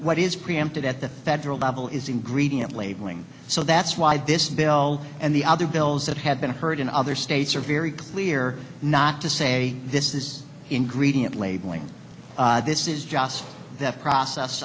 what is preempted at the federal level is ingredient labeling so that's why this bill and the other bills that i've been heard in other states are very clear not to say this is ingredient labeling this is just that process